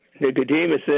Nicodemus